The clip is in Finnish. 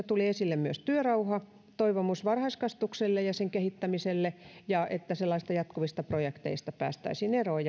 tuli esille myös työrauhatoivomus varhaiskasvatukselle ja sen kehittämiselle ja se että sellaisista jatkuvista projekteista päästäisiin eroon